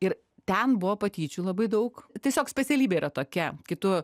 ir ten buvo patyčių labai daug tiesiog specialybė yra tokia kai tu